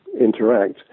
interact